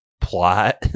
plot